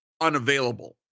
unavailable